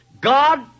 God